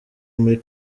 muri